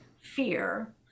fear